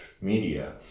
media